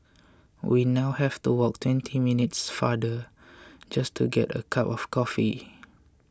we now have to walk twenty minutes farther just to get a cup of coffee